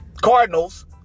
Cardinals